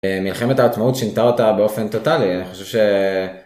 מלחמת העצמאות שינתה אותה באופן טוטאלי, אני חושב ש...